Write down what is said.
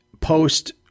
post